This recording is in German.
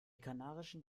kanarischen